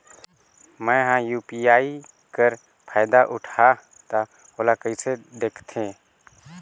मैं ह यू.पी.आई कर फायदा उठाहा ता ओला कइसे दखथे?